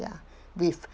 ya with